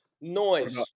noise